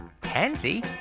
pansy